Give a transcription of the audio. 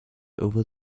over